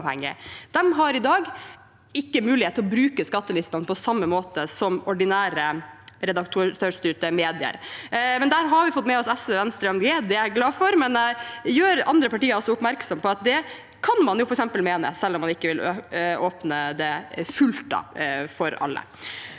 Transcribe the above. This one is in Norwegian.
De har i dag ikke mulighet til å bruke skattelistene på samme måte som ordinære redaktørstyrte medier. Der har vi fått med oss SV, Venstre og Miljøpartiet De Grønne, og det er jeg glad for, men jeg gjør andre partier oppmerksom på at det kan man f.eks. mene selv om man ikke vil åpne det fullt for alle.